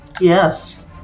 Yes